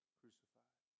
crucified